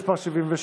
קבוצת סיעת ש"ס,